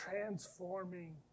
transforming